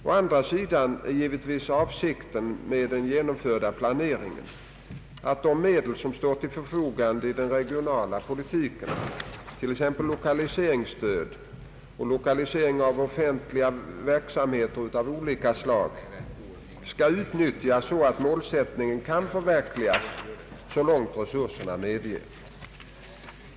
Å andra sidan är givetvis avsikten med den genomförda planeringen att de medel, som står till förfogande i den regionala politiken, t.ex. lokaliseringsstöd och lokaliseringen av offentliga verksamheter av olika slag, skall utnyttjas så att målsättningarna kan förverkligas så långt resurserna medger.